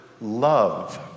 love